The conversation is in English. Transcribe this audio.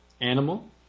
animal